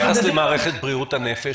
וביחס למערכת בריאות הנפש,